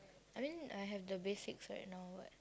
I mean I have the basics right now but